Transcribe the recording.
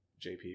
JP